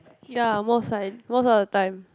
ya most like most of the time